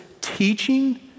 teaching